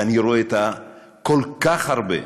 ואני רואה כל כך הרבה,